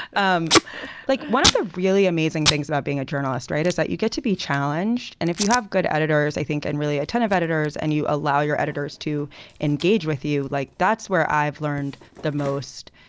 um like one of the really amazing things about being a journalist, right, is that you get to be challenged. and if you have good editors, i think, and really a ton of editors and you allow your editors to engage with you. like that's where i've learned the most